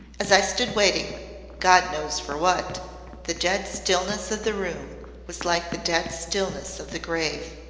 as i stood waiting god knows for what the dead stillness of the room was like the dead stillness of the grave.